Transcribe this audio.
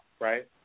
right